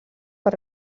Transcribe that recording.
per